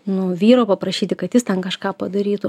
nu vyro paprašyti kad jis ten kažką padarytų